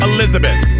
Elizabeth